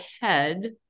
head